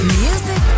music